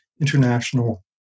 international